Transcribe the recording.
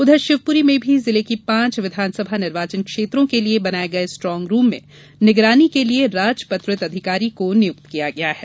उधर शिवपुरी में भी जिले की पांच विधानसभा निर्वाचन क्षेत्रों के लिए बनाये स्ट्रॉग रूम के निगरानी के लिए राजपत्रित अधिकारी को नियुक्त किया गया है